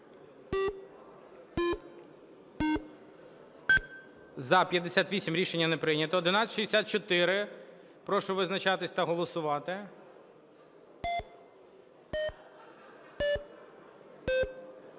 За-58 Рішення не прийнято. 1164. Прошу визначатися та голосувати.